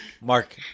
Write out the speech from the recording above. Mark